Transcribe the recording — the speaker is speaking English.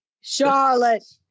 Charlotte